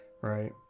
Right